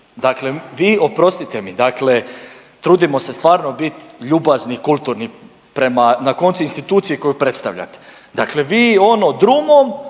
dakle vi, oprostite mi, dakle trudimo se stvarno bit ljubazni i kulturni prema, na koncu institucije koju predstavljate, dakle vi ono drumom,